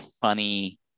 funny